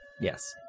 Yes